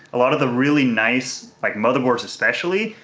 a lot of the really nice, like motherboards especially,